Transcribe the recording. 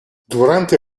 durante